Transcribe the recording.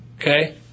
Okay